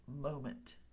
moment